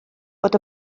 fod